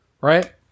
Right